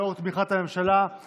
לאור תמיכת הממשלה,